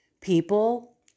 people